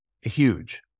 huge